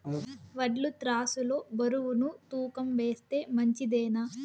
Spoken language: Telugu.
వడ్లు త్రాసు లో బరువును తూకం వేస్తే మంచిదేనా?